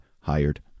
hired